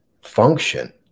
function